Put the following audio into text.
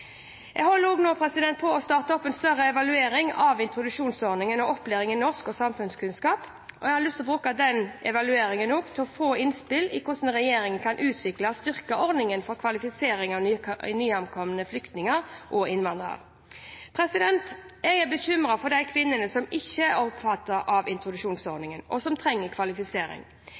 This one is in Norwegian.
Jeg holder nå på med å starte opp en større evaluering av introduksjonsordningen og opplæringen i norsk og samfunnskunnskap, og jeg vil bruke den evalueringen til å få innspill til hvordan regjeringen kan utvikle og styrke ordningene for kvalifisering av nyankomne flyktninger og innvandrere. Jeg er bekymret for de kvinnene som ikke er omfattet av